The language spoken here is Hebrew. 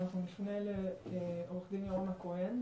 אנחנו נפנה לעורך דין יורם הכהן,